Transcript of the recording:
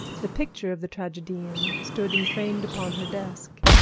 the picture of the tragedian stood enframed upon her desk.